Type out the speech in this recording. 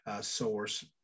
source